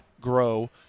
grow